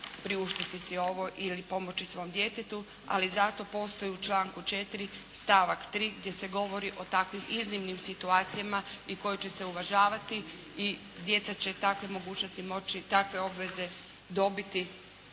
priuštiti si ovo ili pomoći svom djetetu, ali zato postoji u članku 4. stavak 3., gdje se govori o takvim iznimnim situacijama i koje će se uvažavati i djeca će takve mogućnosti moći, takve obveze dobiti,